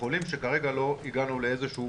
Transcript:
החולים, וכרגע לא הגענו לאיזושהי